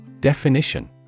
Definition